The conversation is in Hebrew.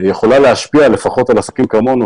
יכולה להשפיע על עסקים כמונו,